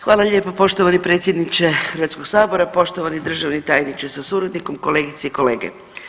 Hvala lijepo poštovani predsjedniče Hrvatskog sabora, poštovani državni tajniče sa suradnikom, kolegice i kolege.